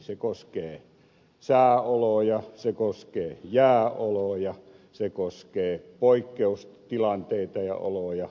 se koskee sääoloja se koskee jääoloja se koskee poikkeustilanteita ja oloja